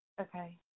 Okay